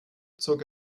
zog